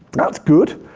that's good.